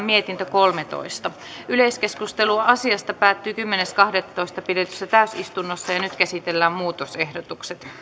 mietintö kolmetoista yleiskeskustelu asiasta päättyi kymmenes kahdettatoista kaksituhattaviisitoista pidetyssä täysistunnossa nyt käsitellään muutosehdotukset